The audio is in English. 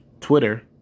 Twitter